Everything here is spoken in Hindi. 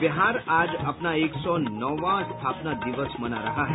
और बिहार आज अपना एक सौ नौवां स्थापना दिवस मना रहा है